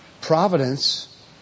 Providence